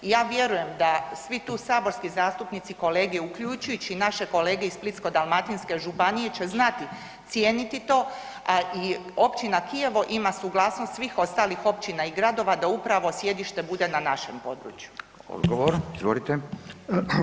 Ja vjerujem da svi ti saborski zastupnici, kolege, uključujući i naše kolege iz Splitsko-dalmatinske županije će znati cijeniti to i općina Kijevo ima suglasnost svih ostalih općina i gradova da upravo sjedište bude na našem području.